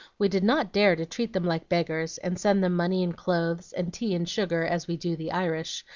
we did not dare to treat them like beggars, and send them money and clothes, and tea and sugar, as we do the irish,